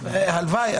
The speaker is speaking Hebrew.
הלוואי.